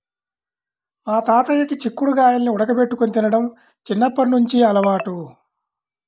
మా తాతయ్యకి చిక్కుడు గాయాల్ని ఉడకబెట్టుకొని తినడం చిన్నప్పట్నుంచి అలవాటు